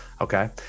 Okay